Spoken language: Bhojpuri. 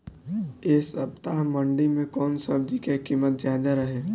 एह सप्ताह मंडी में कउन सब्जी के कीमत ज्यादा रहे?